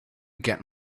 get